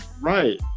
right